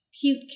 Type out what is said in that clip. cute